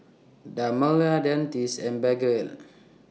Dermale Dentiste and Blephagel